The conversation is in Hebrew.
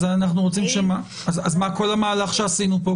אז כל המהלך שעשינו פה,